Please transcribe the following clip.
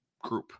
group